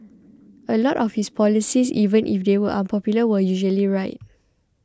a lot of his policies even if they were unpopular were usually right